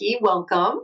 Welcome